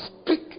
speak